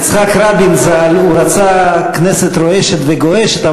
יצחק רבין ז"ל רצה כנסת רועשת וגועשת,